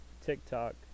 TikTok